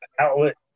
outlet